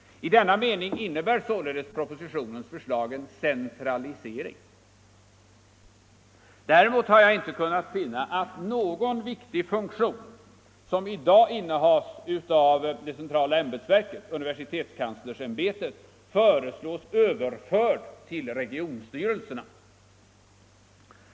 I denna mening innebär således propositionens förslag en centralisering. Däremot har jag inte kunnat finna att någon viktig funktion som i dag innehas av det centrala ämbetsverket, universitetskanslersämbetet, föreslås överförd till regionstyrelserna.